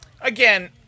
again